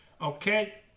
Okay